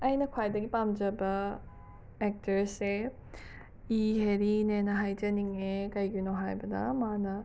ꯑꯩꯅ ꯈ꯭ꯋꯥꯏꯗꯒꯤ ꯄꯥꯝꯖꯕ ꯑꯦꯛꯇ꯭ꯔꯦꯁꯁꯦ ꯏ ꯍꯦꯔꯤꯅꯦꯅ ꯍꯥꯏꯖꯅꯤꯡꯉꯦ ꯀꯩꯒꯤꯅꯣ ꯍꯥꯏꯕꯗ ꯃꯥꯅ